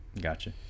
Gotcha